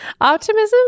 optimism